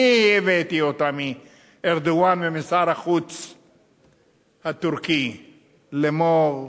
אני הבאתי אותה מארדואן ומשר החוץ הטורקי, לאמור,